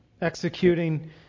executing